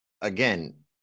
again